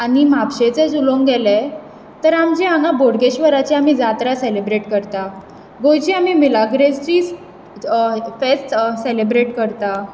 आनी म्हापशेचेच उलोंवक गेले तर आमचे हांगा बोडगेश्वराची आमी जात्रा सेलेब्रेट करतात गोंयचे आमी मिलाग्रेसची फेस्त सेलब्रेट करतात